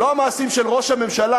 לא המעשים של ראש הממשלה,